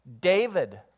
David